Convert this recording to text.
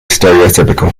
stereotypical